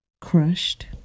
crushed